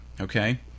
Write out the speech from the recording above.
okay